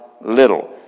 little